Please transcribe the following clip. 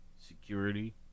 security